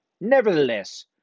Nevertheless